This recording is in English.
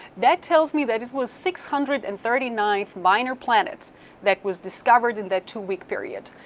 that tells me that it was six hundred and thirty ninth minor planet that was discovered in that two week period.